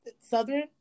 southern